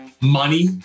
Money